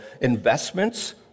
investments